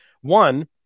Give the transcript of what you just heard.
one